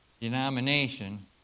denomination